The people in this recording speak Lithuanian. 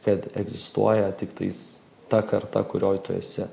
kad egzistuoja tiktais ta karta kurioj tu esi